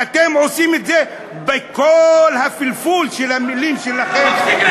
ואתם עושים את זה בכל הפלפול של המילים שלכם,